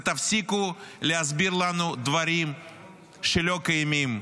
ותפסיקו להסביר לנו דברים שלא קיימים.